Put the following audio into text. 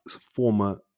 former